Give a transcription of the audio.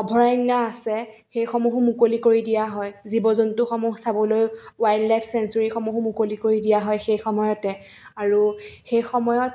অভয়াৰণ্য আছে সেইসমূহো মুকলি কৰি দিয়া হয় জীৱ জন্তুসমূহ চাবলৈ ৱাইল্ডলাইফ চেংচ্যুৱেৰীসমূহো মুুকলি কৰি দিয়া হয় সেইসময়তে আৰু সেই সময়ত